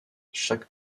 chaque